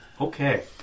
Okay